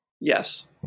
Yes